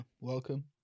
welcome